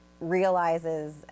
realizes